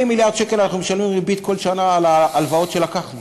40 מיליארד שקל אנחנו משלמים ריבית כל שנה על ההלוואות שלקחנו,